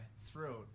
throat